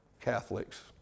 Catholics